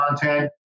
content